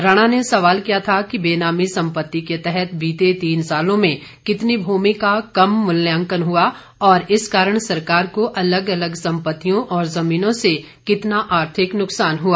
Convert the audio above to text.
राणा ने सवाल किया था कि बेनामी संपत्ति के तहत बीते तीन सालों में कितनी भूमि का कम मूल्यांकन हुआ और इस कारण सरकार को अलग अलग संपत्तियों और जमीनों से कितना आर्थिक नुकसान हुआ